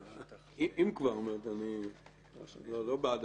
אני לא בעד